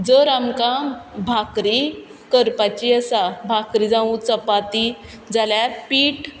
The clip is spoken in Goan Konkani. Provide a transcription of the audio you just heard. जर आमकां भाकरी करपाची आसा भाकरी जावं चपाती जाल्यार पीठ